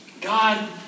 God